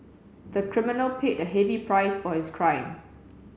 the criminal paid a heavy price for his crime